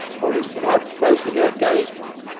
but was not present here at gettysburg